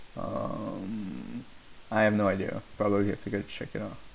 mm I have no idea probably I have to get it check it out